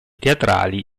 teatrali